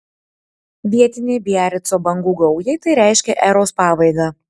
vietinei biarico bangų gaujai tai reiškė eros pabaigą